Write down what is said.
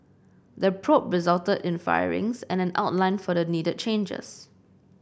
the probe resulted in firings and an outline for needed changes